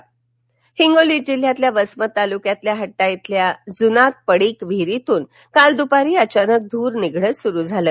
धर हिंगोली हिंगोली जिल्ह्यातील वसमत तालुक्यातील हट्टा इथल्या जुनाट पडीक विहिरीतून काल दूपारी अचानक धूर निघणं सुरू झालं